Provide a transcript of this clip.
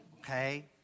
Okay